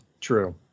True